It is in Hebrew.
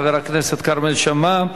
חבר הכנסת כרמל שאמה.